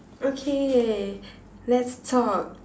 okay let's talk